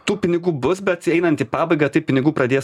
tų pinigų bus bet einant į pabaigą tai pinigų pradės